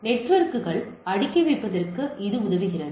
நெட்வொர்க்குகள் அடுக்கி வைப்பதற்கு இது உதவுகிறது